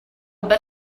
but